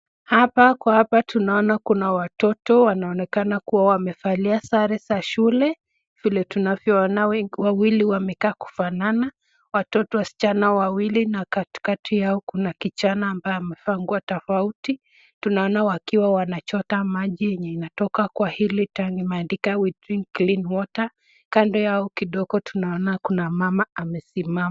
Hapa kwa hapa tunaona kuna watoto wanaonekana kuwa wamevalia sare za shule vile tunavyoona, wawili wamekaa kufanana. Watoto wasichana wawili na katikati yao kuna kijana ambaye amevaa nguo tofauti tunona wakiwa wanachota maji yenye inatoka kwa hili tanki inaandika we drink clean water kando yao kidogo tunaona kuna mama amesimama.